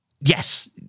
yes